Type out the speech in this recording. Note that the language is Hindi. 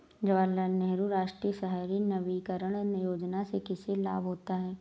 जवाहर लाल नेहरू राष्ट्रीय शहरी नवीकरण योजना से किसे लाभ होता है?